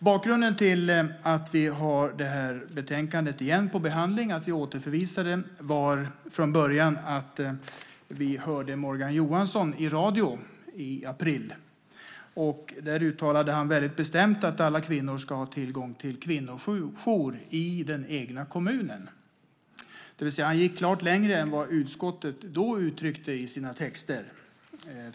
Bakgrunden till att vi har det här betänkandet för behandling igen, att vi återförvisade det, är att vi i april hörde Morgan Johansson i radion där han väldigt bestämt uttalade att alla kvinnor ska ha tillgång till kvinnojour i den egna kommunen. Han gick klart längre än vad utskottet då gjorde i sina texter.